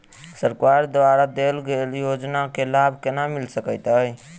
सरकार द्वारा देल गेल योजना केँ लाभ केना मिल सकेंत अई?